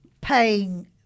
paying